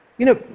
you know,